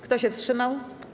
Kto się wstrzymał?